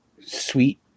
sweet